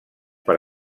per